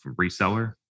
reseller